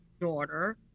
daughter